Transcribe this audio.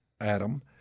Adam